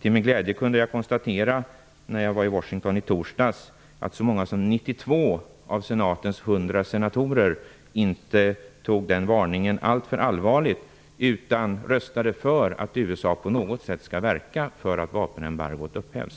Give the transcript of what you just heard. Till min glädje kunde jag när jag var i Washington i torsdags konstatera att så många som 92 av senatens 100 senatorer inte tog den varningen alltför allvarligt utan röstade för att USA på något sätt skall verka för att vapenembargot upphävs.